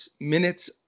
minutes